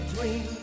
dream